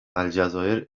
الجزایر